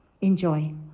Enjoy